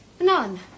None